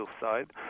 side